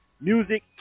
Music